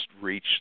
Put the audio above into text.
reach